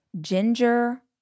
ginger